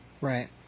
Right